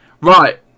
right